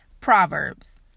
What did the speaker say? Proverbs